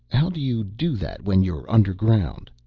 how do you do that when you're underground?